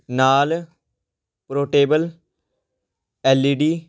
ਨਾਲ portable L E D